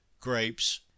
grapes